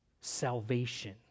salvation